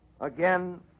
Again